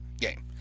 Game